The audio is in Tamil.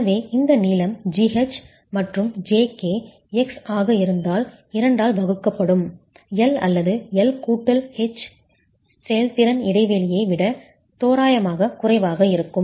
எனவே இந்த நீளம் GH மற்றும் JK x ஆக இருந்தால் 2 ஆல் வகுக்கப்படும் L அல்லது L H அடுக்கு இடையேயான உயரம் செயல்திறன் இடைவெளியை விட தோராயமாக குறைவாக இருக்கும்